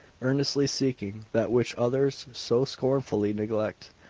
earnestly seeking that which others so scornfully neglect.